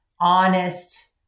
honest